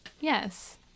Yes